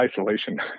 isolation